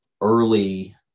early